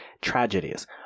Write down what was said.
tragedies